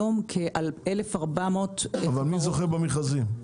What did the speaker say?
יש היום כ-1,400 --- מי זוכה במכרזים?